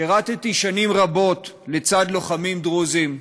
שירתּי שנים רבות לצד לוחמים דרוזים.